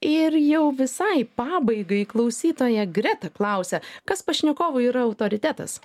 ir jau visai pabaigai klausytoja greta klausia kas pašnekovui yra autoritetas